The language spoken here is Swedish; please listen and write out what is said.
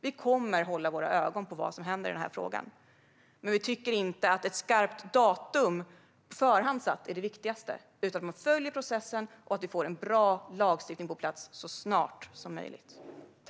Vi kommer att hålla ögonen på vad som händer i den här frågan, men vi tycker inte att ett skarpt datum som har satts på förhand är det viktigaste utan att man följer processen och att vi får en bra lagstiftning på plats så snart som möjligt.